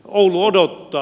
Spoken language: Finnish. oulu odottaa